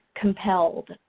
compelled